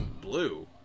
Blue